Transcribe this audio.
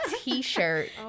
T-shirt